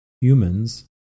Humans